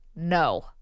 No